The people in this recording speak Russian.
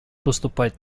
поступать